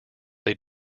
they